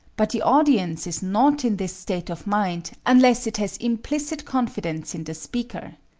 but the audience is not in this state of mind unless it has implicit confidence in the speaker.